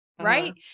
Right